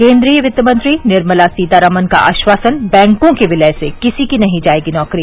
केन्द्रीय वित्त मंत्री निर्मला सीतारामन का आश्वासन बैंकों के विलय से किसी की नहीं जाएगी नौकरी